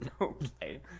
Okay